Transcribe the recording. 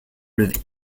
lever